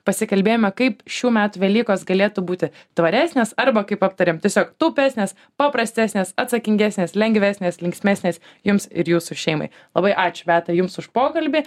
pasikalbėjome kaip šių metų velykos galėtų būti tvaresnės arba kaip aptarėm tiesiog taupesnės paprastesnės atsakingesnės lengvesnės linksmesnės jums ir jūsų šeimai labai ačiū beata jums už pokalbį